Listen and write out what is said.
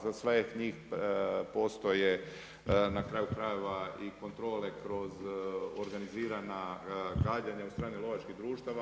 Za sve njih postoje na kraju krajeva i kontrole kroz organizirana gađanja od strane lovačkih društava.